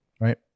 Right